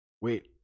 wait